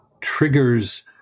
triggers